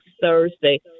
Thursday –